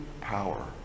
power